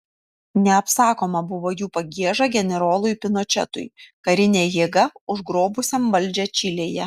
neapsakoma buvo jų pagieža generolui pinočetui karine jėga užgrobusiam valdžią čilėje